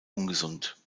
ungesund